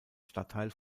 stadtteil